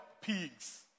Pigs